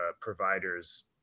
provider's